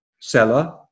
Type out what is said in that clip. seller